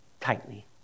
tightly